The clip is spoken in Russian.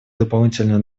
дополнительную